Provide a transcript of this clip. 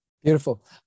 Beautiful